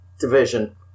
division